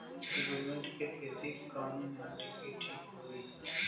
Peppermint के खेती कवने माटी पे ठीक होई?